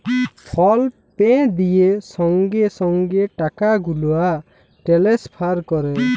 ফল pay দিঁয়ে সঙ্গে সঙ্গে টাকা গুলা টেলেসফার ক্যরে